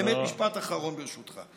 באמת משפט אחרון, ברשותך.